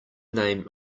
name